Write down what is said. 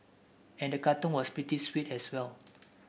and the cartoon was pretty sweet as well